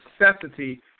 necessity